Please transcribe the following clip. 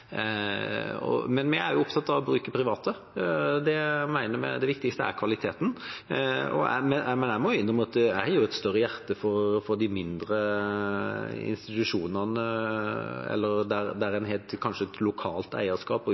bruke private. Vi mener det viktigste er kvaliteten, og jeg må innrømme at jeg har et større hjerte for de mindre institusjonene, eller der en har kanskje et lokalt eierskap og